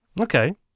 Okay